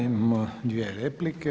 Imamo dvije replike.